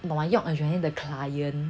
你懂吗用 adreline 的 client